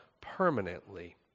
permanently